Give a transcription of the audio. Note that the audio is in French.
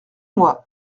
moi